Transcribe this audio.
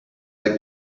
like